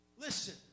Listen